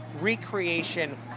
recreation